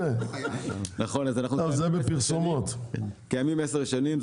אנחנו קיימים עשר שנים,